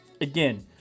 again –